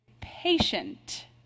patient